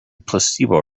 placebo